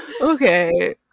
Okay